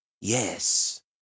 Yes